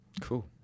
Cool